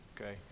okay